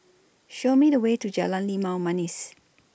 Show Me The Way to Jalan Limau Manis